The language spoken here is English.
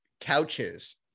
couches